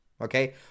Okay